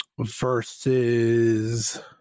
versus